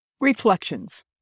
Reflections